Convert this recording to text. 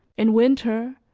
in winter,